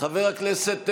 חבר הכנסת בוסו,